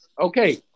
Okay